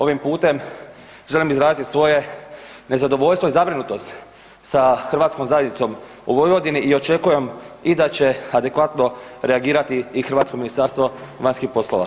Ovim putem želim izraziti svoje nezadovoljstvo i zabrinutost sa Hrvatskom zajednicom u Vojvodini i očekujem i da će adekvatno reagirati i hrvatsko Ministarstvo vanjskih poslova.